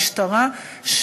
המשטרה,